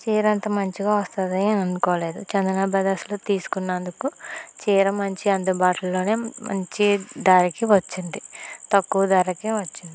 చీర అంతా మంచిగా వస్తది అనుకోలేదు చందనా బ్రదర్స్ లో తీసుకున్నందుకు చీర మంచి అందుబాటులోనే మంచి ధరకి వచ్చింది తక్కువ ధరకే వచ్చింది